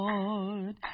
Lord